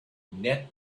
net